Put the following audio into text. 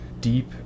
deep